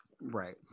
right